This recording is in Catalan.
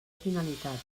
finalitat